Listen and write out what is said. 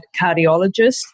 cardiologist